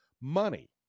money